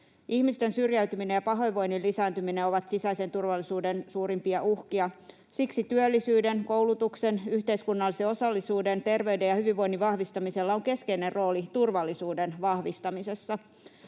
Ihmisten syrjäytyminen ja pahoinvoinnin lisääntyminen ovat sisäisen turvallisuuden suurimpia uhkia. Siksi työllisyyden, koulutuksen, yhteiskunnallisen osallisuuden sekä terveyden ja hyvinvoinnin vahvistamisella on keskeinen rooli turvallisuuden vahvistamisessa.